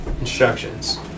instructions